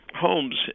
homes